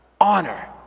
Honor